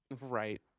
Right